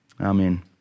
Amen